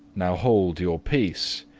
now hold your peace,